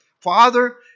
Father